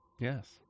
Yes